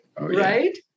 right